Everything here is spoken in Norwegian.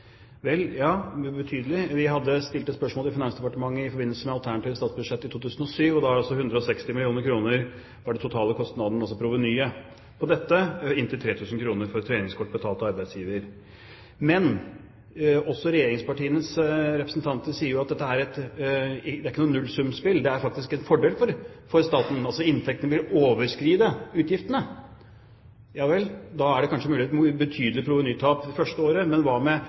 vel, betydelig? Vi stilte det spørsmålet til Finansdepartementet i forbindelse med vårt alternative statsbudsjett i 2007. Da var de totale kostnadene, altså provenyet, 160 mill. kr ved inntil 3 000 kr betalt av arbeidsgiver. Men også regjeringspartienes representanter sier at dette ikke er et nullsumspill. Det er faktisk en fordel for staten. Inntektene vil overskride utgiftene. Da blir det muligens et betydelig provenytap det første året. Men